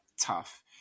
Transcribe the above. tough